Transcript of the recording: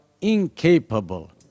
incapable